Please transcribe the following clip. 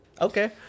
Okay